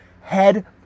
head